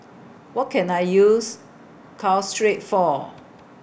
What Can I use Caltrate For